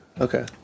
Okay